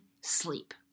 sleep